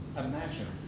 imagine